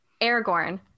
Aragorn